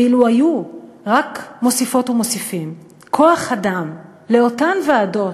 ואילו היו רק מוסיפות ומוסיפים כוח אדם לאותן ועדות,